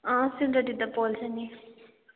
अँ सेलरोटी त पोल्छ नि